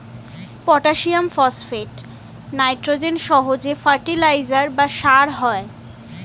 potassium, phosphate, nitrogen সহ যে fertiliser বা সার হয়